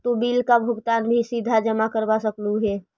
तु बिल का भुगतान भी सीधा जमा करवा सकलु हे